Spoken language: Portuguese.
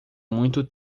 muito